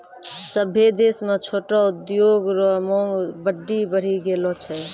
सभ्भे देश म छोटो उद्योग रो मांग बड्डी बढ़ी गेलो छै